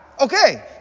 Okay